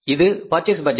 இது purchase budget